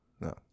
No